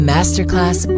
Masterclass